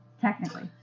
technically